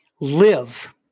Live